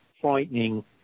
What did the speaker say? frightening